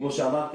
כמו שאמרתי,